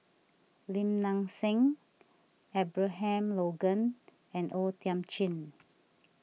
Lim Nang Seng Abraham Logan and O Thiam Chin